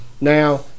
Now